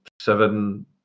seven